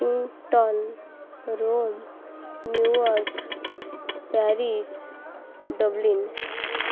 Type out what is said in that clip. Washington Rome New York Paris dublin